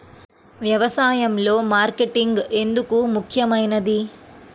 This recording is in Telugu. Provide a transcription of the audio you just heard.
వ్యసాయంలో మార్కెటింగ్ ఎందుకు ముఖ్యమైనది?